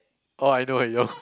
oh I know I know